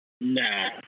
Nah